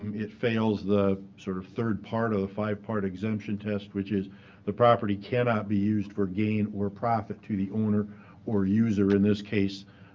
um it fails the sort of third part of the five part exemption test, which is the property cannot be used for gain or profit to the owner or user. in this case,